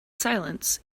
silence